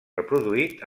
reproduït